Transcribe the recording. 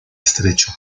estrecho